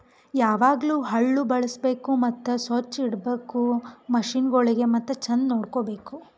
ಯಾವಾಗ್ಲೂ ಹಳ್ಳು ಬಳುಸ್ಬೇಕು ಮತ್ತ ಸೊಚ್ಚ್ ಇಡಬೇಕು ಮಷೀನಗೊಳಿಗ್ ಮತ್ತ ಚಂದ್ ನೋಡ್ಕೋ ಬೇಕು